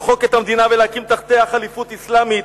למחוק את המדינה ולהקים תחתיה ח'ליפות אסלאמית.